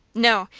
no,